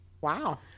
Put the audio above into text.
Wow